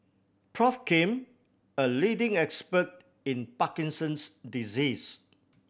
Prof Kim a leading expert in Parkinson's disease